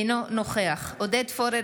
אינו נוכח עודד פורר,